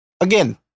again